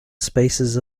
spaces